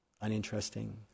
uninteresting